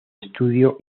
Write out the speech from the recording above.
estudio